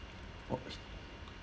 what was